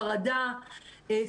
חרדה,